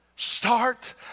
Start